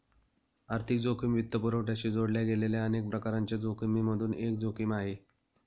आर्थिक जोखिम वित्तपुरवठ्याशी जोडल्या गेलेल्या अनेक प्रकारांच्या जोखिमिमधून एक जोखिम आहे